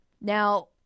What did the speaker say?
Now